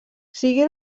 sigui